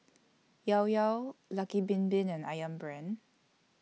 Llao Llao Lucky Bin Bin and Ayam Brand